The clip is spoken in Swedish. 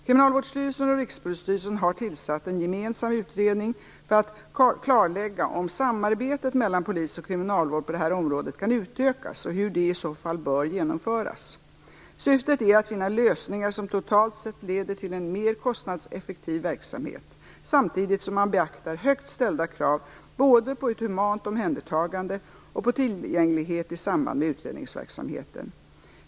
Kriminalvårdsstyrelsen och Rikspolisstyrelsen har tillsatt en gemensam utredning för att klarlägga om samarbetet mellan polis och kriminalvård på detta område kan utökas och hur det i så fall bör genomföras. Syftet är att finna lösningar som totalt sett leder till en mer kostnadseffektiv verksamhet, samtidigt som man beaktar högt ställda krav både på ett humant omhändertagande och på tillgänglighet i samband med utredningsverksamheten.